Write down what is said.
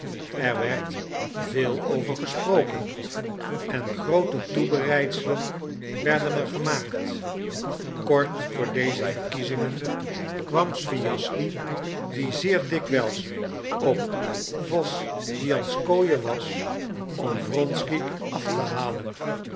er werd veel over gesproken en groote toebereidselen werden er gemaakt kort voor deze verkiezingen kwam schwijaschsky die zeer dikwijls op wosdwijanskoje was om wronsky af te halen